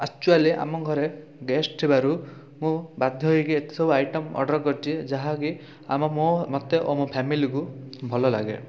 actually ଆମ ଘରେ guest ଥିବାରୁ ମୁଁ ବାଧ୍ୟ ହେଇକି ଏତେ ସବୁ ଆଇଟମ୍ ଅର୍ଡ଼ର୍ କରିଛି ଯାହାକି ଆମ ମୋ ମୋତେ ଓ ମୋ ଫ୍ୟାମିଲିକୁ ଭଲ ଲାଗେ